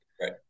Right